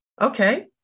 okay